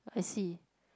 I see